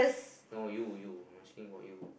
no you you I'm asking about you